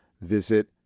visit